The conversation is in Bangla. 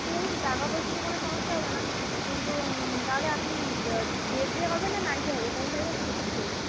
ঠিক আছে টাকা পয়সা নিয়ে কোনো সমস্যা হবে না কিন্তু তাহলে আপনি ডেতে হবে না নাইটে হবে কোন টাইমে ফটো শ্যুট করবেন